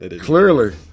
Clearly